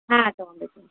ಹಾಂ ತಗೊಂಡಿದೀನಿ